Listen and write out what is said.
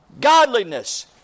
godliness